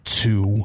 two